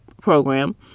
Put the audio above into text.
program